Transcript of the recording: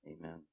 Amen